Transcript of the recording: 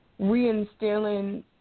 reinstilling